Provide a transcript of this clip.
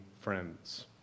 friends